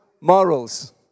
morals